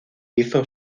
hizo